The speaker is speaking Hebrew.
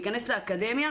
להיכנס לאקדמיה,